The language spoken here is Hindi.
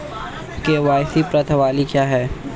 के.वाई.सी प्रश्नावली क्या है?